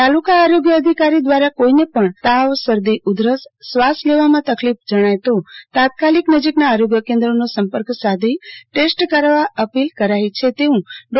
તાલુકા આરોગ્ય અધિકારી દ્વારા કોઈને પણ તાવ શરદી ઉધરસ શ્વાસ લેવામાં તકલીફ જણાય તોતાત્કાલિક નજીકના આરોગ્ય કેન્દ્રનો સંપર્ક સાધી ટેસ્ટ કરાવવા અપીલ કરાઈ છે તેવું ડો